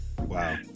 Wow